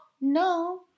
no